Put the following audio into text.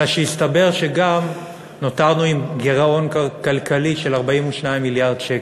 אלא שהסתבר שגם נותרנו עם גירעון כלכלי של 42 מיליארד שקל.